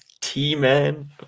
T-Man